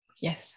Yes